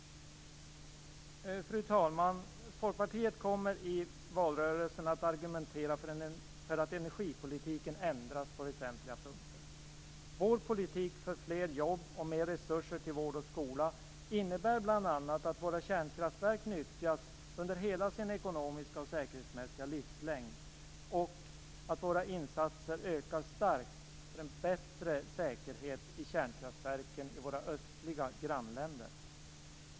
Fru talman! Folkpartiet kommer i valrörelsen att argumentera för att energipolitiken ändras på väsentliga punkter. Vår politik för fler jobb och mer resurser till vård och skola innebär bl.a. att våra kärnkraftverk nyttjas under hela sin ekonomiska och säkerhetsmässiga livslängd och att våra insatser ökar starkt för en bättre säkerhet i kärnkraftverken i våra östliga grannländer.